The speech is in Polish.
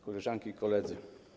Koleżanki i Koledzy!